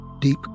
Deep